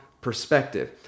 perspective